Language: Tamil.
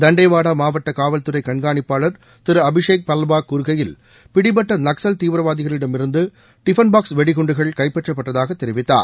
தண்டேவாடா மாவட்ட காவல்துறை கண்காணிப்பாளர் திரு அபிஷேக் பல்லவா கூறுகையில் பிடிபட்ட நக்ஸல் தீவிரவாதிகளிடமிருந்து டிஃபள் பாக்ஸ் வெடிகுண்டுகள் கைப்பற்றப்பட்டதாக தெரிவித்தார்